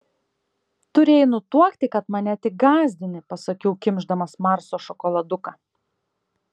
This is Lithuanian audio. turėjai nutuokti kad mane tik gąsdini pasakiau kimš damas marso šokoladuką